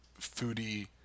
foodie